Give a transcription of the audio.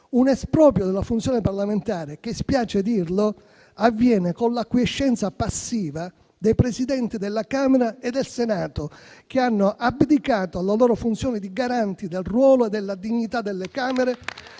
esproprio della funzione parlamentare - spiace dirlo - avviene con la quiescenza passiva dei Presidenti della Camera e del Senato, che hanno abdicato alla loro funzione di garanti del ruolo della dignità delle Camere,